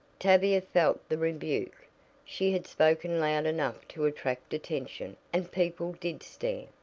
tavia felt the rebuke she had spoken loud enough to attract attention, and people did stare.